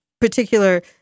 particular